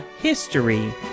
History